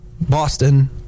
Boston